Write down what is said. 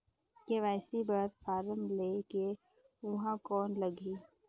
KYC बर form ले के ऊहां कौन लगही?